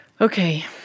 Okay